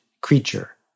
creature